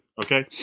okay